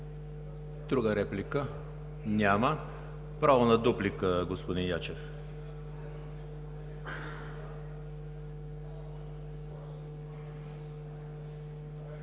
Трета реплика? Няма. Право на дуплика, господин Биков?